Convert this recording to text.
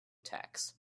tax